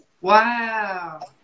Wow